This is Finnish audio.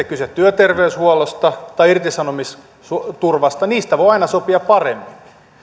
kyse työterveyshuollosta tai irtisanomisturvasta niistä voi aina sopia paremmin